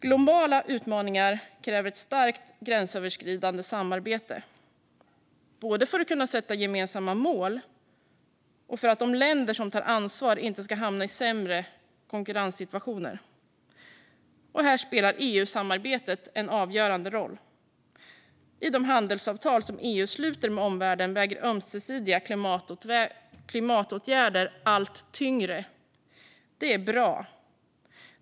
Globala utmaningar kräver ett starkt gränsöverskridande samarbete, både för att man ska kunna sätta gemensamma mål och för att de länder som tar ansvar inte ska hamna i sämre konkurrenssituationer. Här spelar EU-samarbetet en avgörande roll. I de handelsavtal som EU sluter med omvärlden väger ömsesidiga klimatåtgärder allt tyngre. Det är bra.